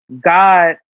God